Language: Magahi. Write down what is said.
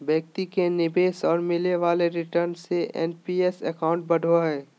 व्यक्ति के निवेश और मिले वाले रिटर्न से एन.पी.एस अकाउंट बढ़ो हइ